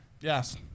Yes